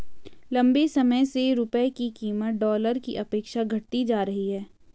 लंबे समय से रुपये की कीमत डॉलर के अपेक्षा घटती जा रही है